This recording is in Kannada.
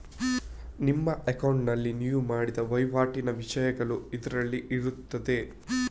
ನಿಮ್ಮ ಅಕೌಂಟಿನಲ್ಲಿ ನೀವು ಮಾಡಿದ ವೈವಾಟಿನ ವಿಷಯಗಳು ಇದ್ರಲ್ಲಿ ಇರ್ತದೆ